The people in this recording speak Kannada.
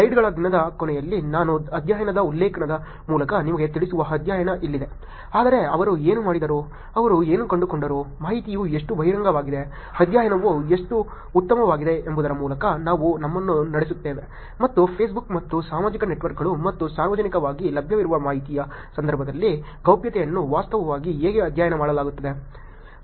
ಸ್ಲೈಡ್ಗಳ ದಿನದ ಕೊನೆಯಲ್ಲಿ ನಾನು ಅಧ್ಯಯನದ ಉಲ್ಲೇಖದ ಮೂಲಕ ನಿಮಗೆ ತಿಳಿಸುವ ಅಧ್ಯಯನ ಇಲ್ಲಿದೆ ಆದರೆ ಅವರು ಏನು ಮಾಡಿದರು ಅವರು ಏನು ಕಂಡುಕೊಂಡರು ಮಾಹಿತಿಯು ಎಷ್ಟು ಬಹಿರಂಗವಾಗಿದೆ ಅಧ್ಯಯನವು ಎಷ್ಟು ಉತ್ತಮವಾಗಿದೆ ಎಂಬುದರ ಮೂಲಕ ನಾವು ನಿಮ್ಮನ್ನು ನಡೆಸುತ್ತೇವೆ ಮತ್ತು Facebook ಮತ್ತು ಸಾಮಾಜಿಕ ನೆಟ್ವರ್ಕ್ಗಳು ಮತ್ತು ಸಾರ್ವಜನಿಕವಾಗಿ ಲಭ್ಯವಿರುವ ಮಾಹಿತಿಯ ಸಂದರ್ಭದಲ್ಲಿ ಗೌಪ್ಯತೆಯನ್ನು ವಾಸ್ತವವಾಗಿ ಹೇಗೆ ಅಧ್ಯಯನ ಮಾಡಲಾಗುತ್ತಿದೆ